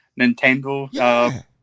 nintendo